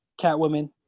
Catwoman